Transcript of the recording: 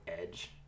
edge